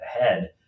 ahead